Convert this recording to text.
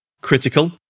critical